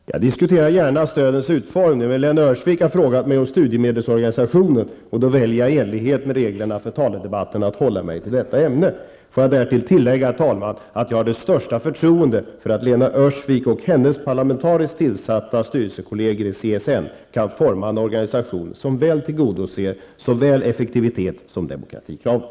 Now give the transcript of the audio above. Herr talman! Jag diskuterar gärna stödens utformning, men Lena Öhrsvik har frågat mig om studiemedelsorganisationen, och då väljer jag i enlighet med reglerna för taledebatterna att hålla mig till detta ämne. Låt mig därtill, herr talman, tillägga att jag har det största förtroende för att Lena Öhrsvik och hennes parlamentariskt tillsatta styrelsekolleger i CSN kan forma en organisation som väl tillgodoser såväl effektivitets som demokratikravet.